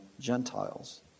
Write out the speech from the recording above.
Gentiles